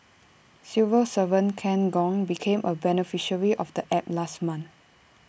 civil servant Ken Gong became A beneficiary of the app last month